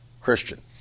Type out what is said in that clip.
Christian